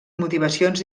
motivacions